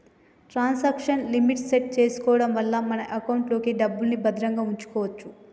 transaction limit set చేసుకోడం వల్ల మన ఎకౌంట్లో డబ్బుల్ని భద్రంగా వుంచుకోచ్చు